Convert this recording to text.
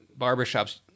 barbershops